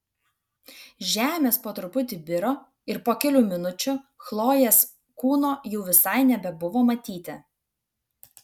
žemės po truputį biro ir po kelių minučių chlojės kūno jau visai nebebuvo matyti